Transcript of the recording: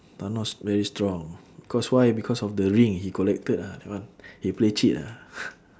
thanos very strong because why because of the ring he collected ah that one he play cheat ah